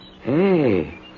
Hey